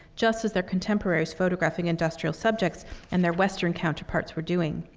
just as their contemporaries photographing industrial subjects and their western counterparts were doing.